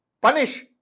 punish